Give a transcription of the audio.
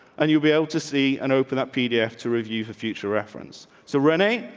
and you'll be able to see an open up pdf to review for future reference. so, renee,